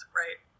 right